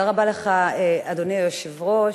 אדוני היושב-ראש,